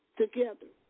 together